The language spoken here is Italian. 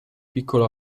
piccolo